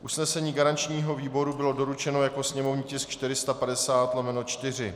Usnesení garančního výboru bylo doručeno jako sněmovní tisk 450/4.